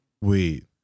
Wait